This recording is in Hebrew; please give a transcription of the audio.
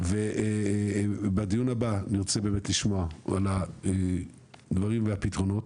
ובדיון הבא אני רוצה לשמוע על הדברים והפתרונות,